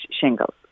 shingles